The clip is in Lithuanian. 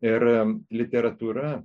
ir literatūra